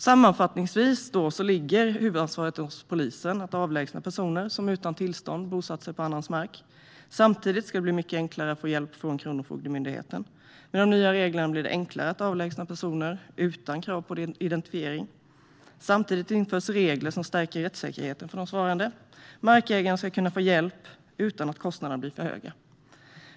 Sammanfattningsvis ligger huvudansvaret för att avlägsna personer som utan tillstånd bosatt sig på annans mark hos polisen. Samtidigt ska det bli mycket enklare att få hjälp från Kronofogdemyndigheten. Med de nya reglerna blir det enklare att avlägsna personer utan krav på identifiering. Samtidigt införs regler som stärker rättssäkerheten för de svarande. Markägaren ska också kunna få hjälp utan att kostnaderna blir för höga.